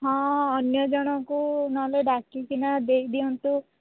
ହଁ ଅନ୍ୟ ଜଣକୁ ନହେଲେ ଡାକିକିନା ଦେଇ ଦିଅନ୍ତୁ